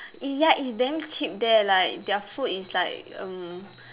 eh ya it's damn cheap like their food is like mm